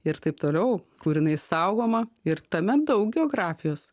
ir taip toliau kur jinai saugoma ir tame daug geografijos